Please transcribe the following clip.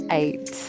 eight